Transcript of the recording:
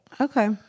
Okay